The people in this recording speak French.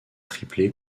triplé